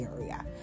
area